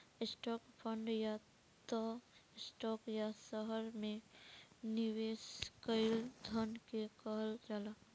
stock fund या त stock या शहर में निवेश कईल धन के कहल जाला